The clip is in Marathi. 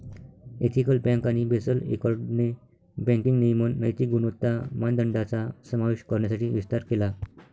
एथिकल बँक आणि बेसल एकॉर्डने बँकिंग नियमन नैतिक गुणवत्ता मानदंडांचा समावेश करण्यासाठी विस्तार केला